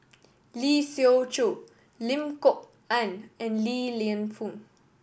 Lee Siew Choh Lim Kok Ann and Li Lienfung